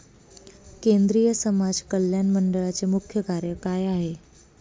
केंद्रिय समाज कल्याण मंडळाचे मुख्य कार्य काय आहे?